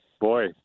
boy